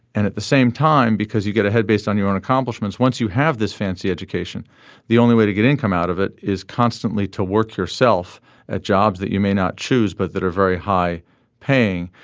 and at the same time because you get ahead based on your own accomplishments once you have this fancy education the only way to get income out of it is constantly to work yourself at jobs that you may not choose but that are very high paying.